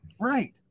right